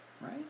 Right